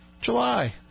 July